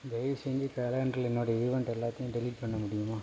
தயவு செஞ்சு கேலண்டரில் என்னோட ஈவென்ட் எல்லாத்தையும் டெலீட் பண்ண முடியுமா